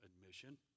admission